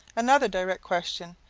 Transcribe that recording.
another direct question,